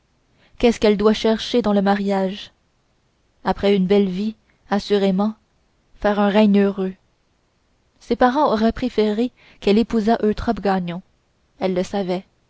qu'est-ce qu'elle doit chercher dans le mariage avoir une belle vie assurément faire un règne heureux ses parents auraient préféré qu'elle épousât eutrope gagnon elle le